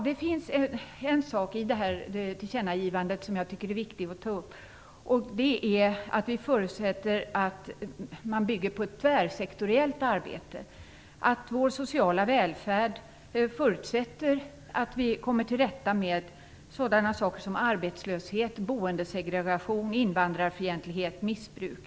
Det finns en sak i det här tillkännagivandet som jag tycker att det är viktigt att ta upp, nämligen att vi förutsätter att man bygger på ett tvärsektoriellt arbete. Vår sociala välfärd förutsätter att vi kommer till rätta med sådant som arbetslöshet, boendesegregation, invandrarfientlighet och missbruk.